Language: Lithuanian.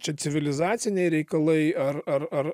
čia civilizaciniai reikalai ar ar ar